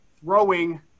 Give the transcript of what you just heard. throwing